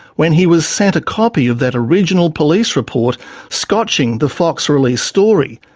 when he was sent a copy of that original police report scotching the fox release story,